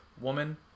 Woman